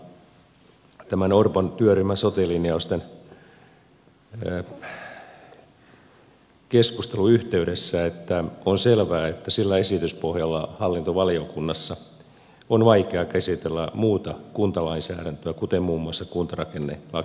tätä kuuta tämän orpon työryhmän sote linjausten keskustelun yhteydessä että on selvää että sillä esityspohjalla hallintovaliokunnassa on vaikea käsitellä muuta kuntalainsäädäntöä kuten muun muassa kuntarakennelakiesitystä